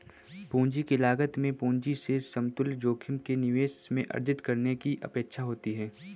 पूंजी की लागत में पूंजी से समतुल्य जोखिम के निवेश में अर्जित करने की अपेक्षा होती है